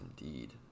indeed